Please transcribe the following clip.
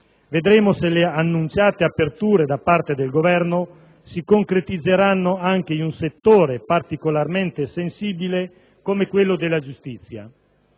Vedremo se le annunciate aperture da parte del Governo si concretizzeranno anche in un settore particolarmente sensibile come quello della giustizia.